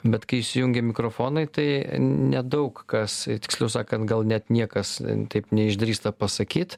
bet kai įsijungia mikrofonai tai nedaug kas tiksliau sakant gal net niekas taip neišdrįsta pasakyt